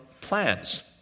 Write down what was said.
plans